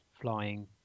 flying